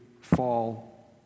fall